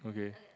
okay